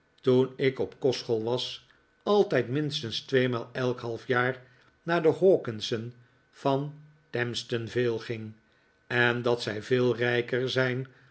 toen ik op kostschool was altijd minstens tweemaal elk halfjaar naar de hawkinsen van tamston vale ging en dat zij veel rijker zijn